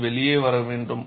அது வெளியே வர வேண்டும்